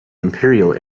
imperial